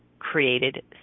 created